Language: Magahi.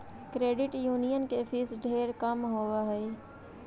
क्रेडिट यूनियन के फीस ढेर कम होब हई